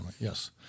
yes